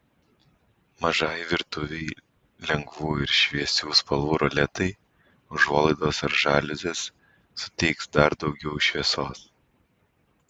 mažai virtuvei lengvų ir šviesių spalvų roletai užuolaidos ar žaliuzės suteiks dar daugiau šviesos